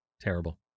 Terrible